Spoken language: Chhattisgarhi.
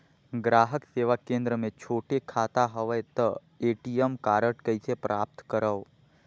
ग्राहक सेवा केंद्र मे छोटे खाता हवय त ए.टी.एम कारड कइसे प्राप्त करव?